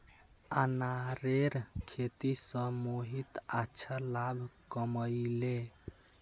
अनारेर खेती स मोहित अच्छा लाभ कमइ ले